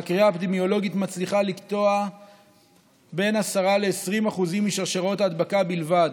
החקירה האפידמיולוגית מצליחה לקטוע בין 10% ל-20% משרשרות ההדבקה בלבד.